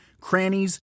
crannies